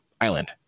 island